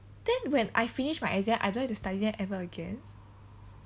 then when I finish my exam I don't have to study that ever again